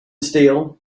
steel